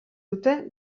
dute